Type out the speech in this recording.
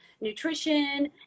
nutrition